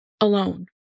alone